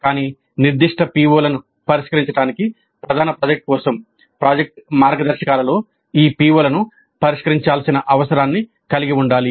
కానీ నిర్దిష్ట PO లను పరిష్కరించడానికి ప్రధాన ప్రాజెక్ట్ కోసం ప్రాజెక్ట్ మార్గదర్శకాలలో ఈ PO లను పరిష్కరించాల్సిన అవసరాన్ని కలిగి ఉండాలి